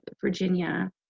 Virginia